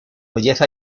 belleza